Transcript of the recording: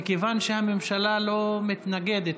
מכיוון שהממשלה לא מתנגדת,